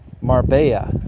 Marbella